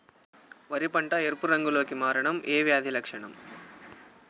వరి పంట ఎరుపు రంగు లో కి మారడం ఏ వ్యాధి లక్షణం?